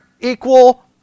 equal